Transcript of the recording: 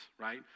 Right